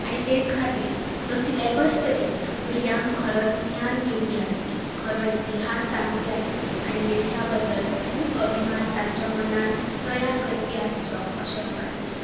आनी तेंच खातीर तो सिलेबस तरी भुरग्यांक खरोच ज्ञान दिवपी आसपी खरो इतिहास सांगपी आसपी आनी देशा बद्दल खूब अभिमान तांच्या मनान तयार करपी आसचो अशें म्हाका दिसतां